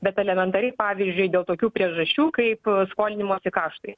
bet elementariai pavyzdžiui dėl tokių priežasčių kaip skolinimosi kaštai